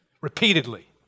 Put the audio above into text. repeatedly